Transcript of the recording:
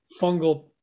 fungal